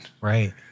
Right